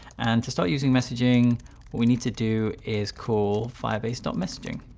and to start using messaging, what we need to do is call firebase dot messaging.